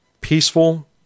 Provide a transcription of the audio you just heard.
peaceful